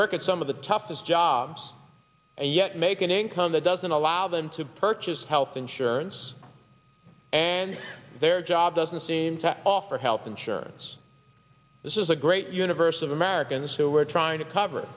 work at some of the toughest jobs and yet make an income that doesn't allow them to purchase health insurance and their job doesn't seem to offer health insurance this is a great universe of americans who are trying to cover